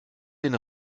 den